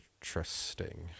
interesting